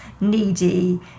needy